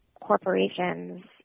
corporations